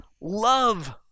love